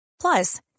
Plus